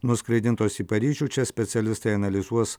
nuskraidintos į paryžių čia specialistai analizuos